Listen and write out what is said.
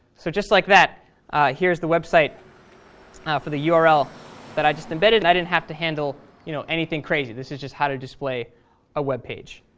so just like that here's the website for the yeah url that i just embedded, and i didn't have to handle you know anything crazy. this is how to display a web page.